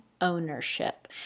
ownership